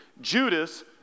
Judas